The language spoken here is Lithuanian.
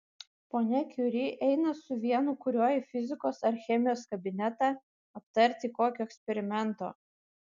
ponia kiuri eina su vienu kuriuo į fizikos ar chemijos kabinetą aptarti kokio eksperimento